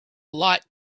light